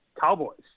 Cowboys